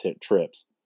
trips